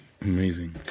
Amazing